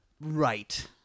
right